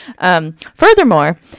Furthermore